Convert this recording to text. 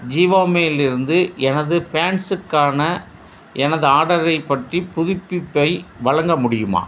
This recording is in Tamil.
ஜிவாமே இலிருந்து எனது பேண்ட்ஸுக்கான எனது ஆடரைப் பற்றி புதுப்பிப்பை வழங்க முடியுமா